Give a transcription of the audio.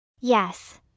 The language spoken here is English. Yes